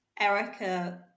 Erica